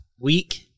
week